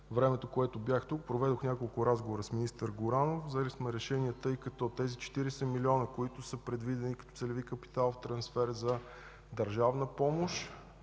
времето, което бях тук, проведох няколко разговора с министър Горанов. Взели сме решение, тъй като тези 40 милиона, които са предвидени като целеви капитал в трансфер за държавна помощ